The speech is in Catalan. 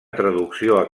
traducció